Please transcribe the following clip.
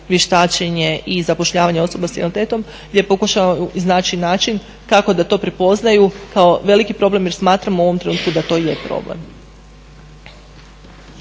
vještačenje i zapošljavanje osoba s invaliditetom gdje pokušavamo iznaći način kako da to prepoznaju kao veliki problem jer smatramo u ovom trenutku da to i je problem.